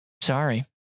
sorry